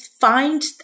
find